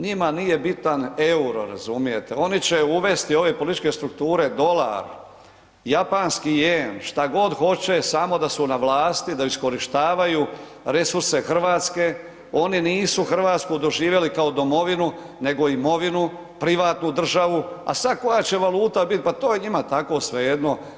Njima nije bitan EUR-o oni će uvesti ove političke strukture dolar, japanski jen, šta god hoće samo da su na vlasti, da iskorištavaju resurse Hrvatske, oni nisu Hrvatsku doživjeli kao domovinu, nego imovinu, privatnu državu, a sad koja će valuta biti pa to je njima tako svejedno.